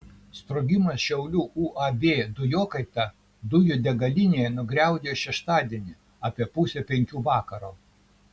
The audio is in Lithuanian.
sprogimas šiaulių uab dujokaita dujų degalinėje nugriaudėjo šeštadienį apie pusę penkių vakaro